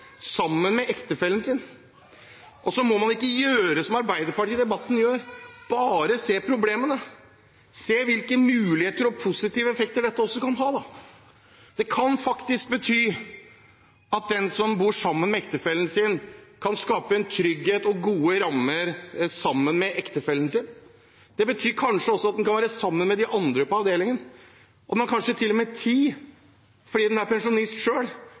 sammen med ektefellen sin. Man må ikke gjøre som Arbeiderpartiet gjør i denne debatten; bare se problemene. Man må se også hvilke muligheter og positive effekter dette kan ha. Det kan faktisk bety at den som bor sammen med ektefellen sin, kan skape trygghet og gode rammer sammen med ektefellen sin. Det betyr kanskje også at man kan være sammen med de andre på avdelingen. Man har kanskje til og med tid, fordi man er pensjonist